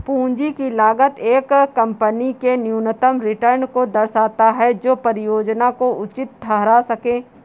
पूंजी की लागत एक कंपनी के न्यूनतम रिटर्न को दर्शाता है जो परियोजना को उचित ठहरा सकें